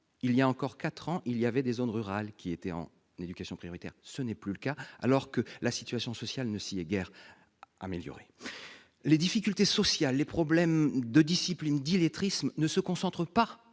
Il y a encore quatre ans, certaines zones rurales se trouvaient en éducation prioritaire ; ce n'est plus le cas aujourd'hui, alors que la situation sociale ne s'y est guère améliorée. Les difficultés sociales, les problèmes de discipline et d'illettrisme ne se concentrent pas